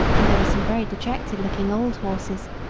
and there were some very dejected-looking old horses,